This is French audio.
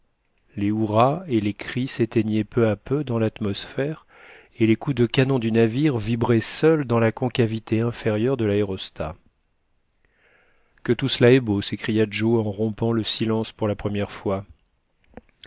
les hourras et les cris s'éteignaient peu à peu dans l'atmosphère et les coups de canon du navire vibraient seuls dans la concavité inférieure de l'aérostat que tout cela est beau s'écria joe en rompant le silence pour la première fois